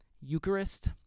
Eucharist